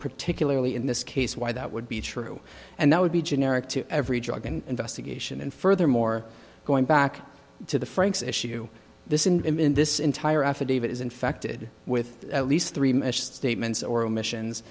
particularly in this case why that would be true and that would be generic to every judge in investigation and furthermore going back to the franks issue this in this entire affidavit is infected with at least three misstatements or omissions